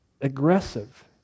aggressive